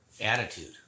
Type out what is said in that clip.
attitude